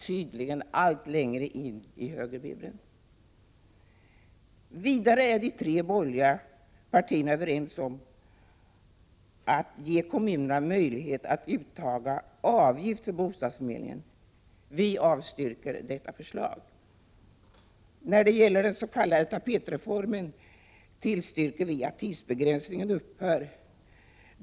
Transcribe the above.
— Tydligen allt längre in i högerburen, Vidare är de tre borgerliga partierna överens om att ge kommunerna möjligheter att uttaga avgift för bostadsförmedling. Vi avstyrker detta förslag. När det gäller den s.k. tapetreformen tillstyrker vi att tidsbegränsningen upphör.